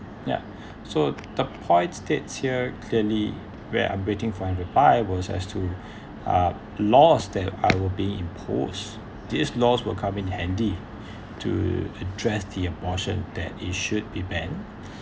ya so the point states here clearly where I'm waiting for an reply was as to uh laws that I will be impose these laws will come in handy to address the abortion that it should be banned